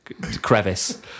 crevice